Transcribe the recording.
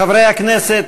חברי הכנסת,